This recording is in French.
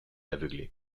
aveuglé